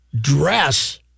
dress